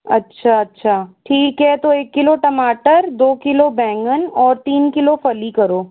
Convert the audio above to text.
अच्छा अच्छा ठीक है तो एक किलो टमाटर दो किलो बैंगन और तीन किलो फली करो